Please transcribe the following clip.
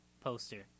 poster